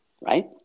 right